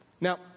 Now